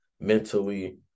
mentally